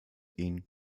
ihnen